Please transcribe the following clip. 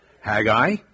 Haggai